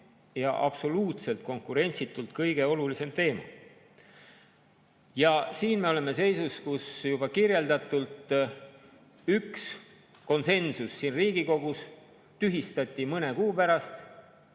Absoluutselt ja konkurentsitult kõige olulisem teema. Ja siin me oleme seisus, kus juba kirjeldatud konsensus siin Riigikogus tühistati mõne kuu pärast